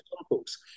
examples